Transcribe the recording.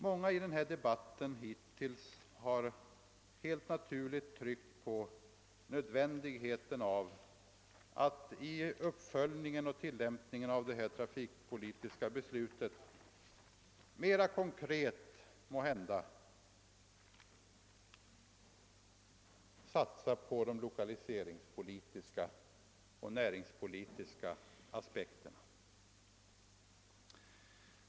Många har naturligtvis i denna debatt tryckt på nödvändigheten av att vid uppföljningen av det trafikpolitiska beslutet mera konkret beakta de lokaliseringsoch näringspolitiska aspekterna.